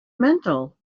mental